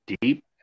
deep